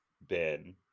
Ben